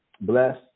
bless